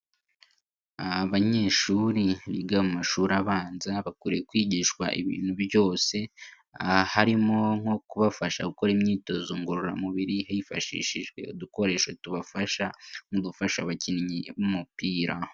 Abanyeshuri biga amashuri abanza bakwiye kwigishwa ibintu byose harimo nko kubafasha gukora imyitozo ngororamubiri hifashishijwe udukoresho tubafasha mu gufasha abakinnyi b'umupira.